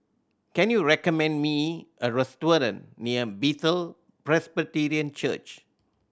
can you recommend me a restaurant near Bethel Presbyterian Church